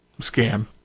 scam